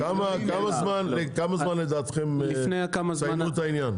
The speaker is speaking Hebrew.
כמה זמן לדעתכם תסגרו את העניין?